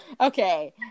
Okay